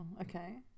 Okay